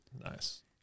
Nice